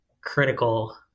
critical